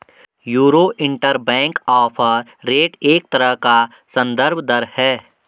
euro interbank offer rate एक तरह का सन्दर्भ दर है